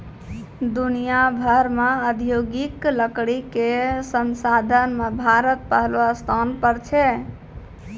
दुनिया भर मॅ औद्योगिक लकड़ी कॅ संसाधन मॅ भारत पहलो स्थान पर छै